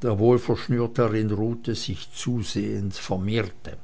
der wohlverschnürt darin ruhte sich zusehends vermehrte